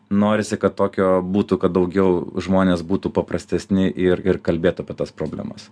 norisi kad tokio būtų kad daugiau žmonės būtų paprastesni ir ir kalbėtų apie tas problemas